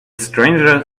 stranger